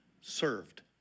served